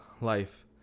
life